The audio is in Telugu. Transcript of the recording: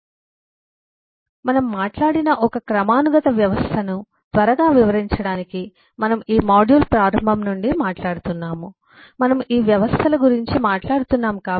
కాబట్టి మనం మాట్లాడిన ఒక క్రమానుగత వ్యవస్థను త్వరగా వివరించడానికి మనము ఈ మాడ్యూల్ ప్రారంభం నుండి మాట్లాడుతున్నాము మనము ఈ వ్యవస్థల గురించి మాట్లాడుతున్నాము